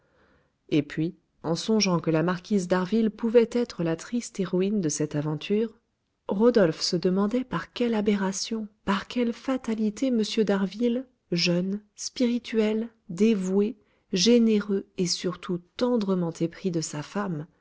et puis en songeant que la marquise d'harville pouvait être la triste héroïne de cette aventure rodolphe se demandait par quelle aberration par quelle fatalité m d'harville jeune spirituel dévoué généreux et surtout tendrement épris de sa femme